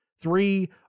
Three